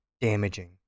damaging